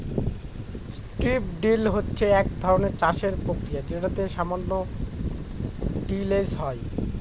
strip drill হচ্ছে এক ধরনের চাষের প্রক্রিয়া যেটাতে সামান্য টিলেজ হয়